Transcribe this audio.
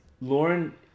Lauren